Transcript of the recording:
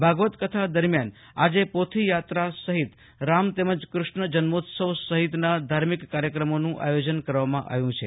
ભાગવત કથા દરમિયાન આજે પોથીયાત્રા સહિત રામ તેમજ કૃષ્ણોજન્મોત્સવ સહિતના ધાર્મિક કાર્યક્રમોનું આયોજન કરવામાં આવ્યું છે